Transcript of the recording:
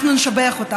אנחנו נשבח אותן,